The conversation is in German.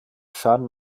schaden